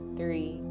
three